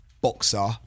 boxer